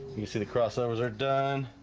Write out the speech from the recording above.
you see the crossovers aren't done